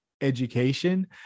education